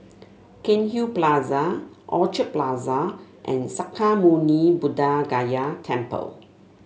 Cairnhill Plaza Orchard Plaza and Sakya Muni Buddha Gaya Temple